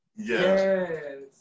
Yes